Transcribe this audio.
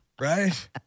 Right